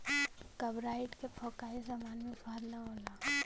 carbide से पकाइल सामान मे स्वाद ना होला